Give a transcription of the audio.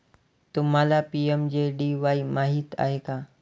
तुम्हाला पी.एम.जे.डी.वाई माहित आहे का?